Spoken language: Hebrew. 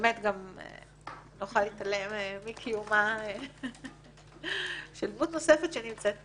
אני גם לא יכולה להתעלם מקיומה של דמות נוספת שנמצאת פה,